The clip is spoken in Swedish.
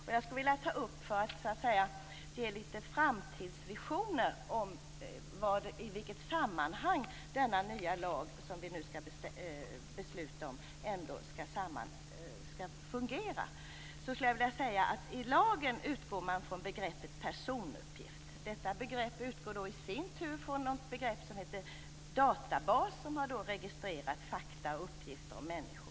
Den skulle jag vilja ta upp för att ge litet framtidsvisioner om de sammanhang där denna nya lag som vi nu skall besluta om ändå skall fungera. I lagen utgår man från begreppet personuppgift. Detta begrepp utgår i sin tur från begreppet databas, där det finns registrerat fakta och uppgifter om människor.